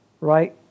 right